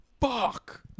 fuck